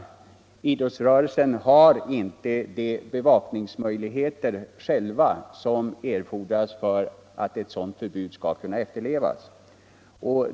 Idrottsrörelsen har inte själv de bevakningsmöjligheter som erfordras för att ett sådant förbud skall kunna efterlevas.